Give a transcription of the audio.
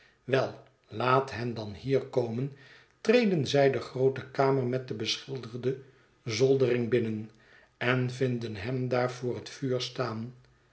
wel laat hen dan hier komen treden zij de groote kamer met de beschilderde zoldering binnen en vinden hem daar voor het vuur staan